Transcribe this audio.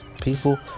people